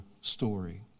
story